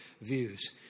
views